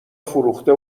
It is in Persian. فروخته